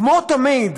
כמו תמיד,